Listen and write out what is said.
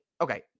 okay